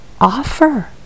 offer